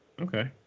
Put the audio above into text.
Okay